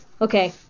okay